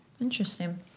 interesting